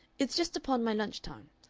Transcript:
it's just upon my lunch-time.